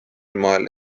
moel